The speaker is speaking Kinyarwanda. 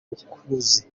rukuruzi